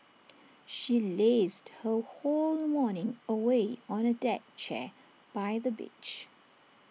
she lazed her whole morning away on A deck chair by the beach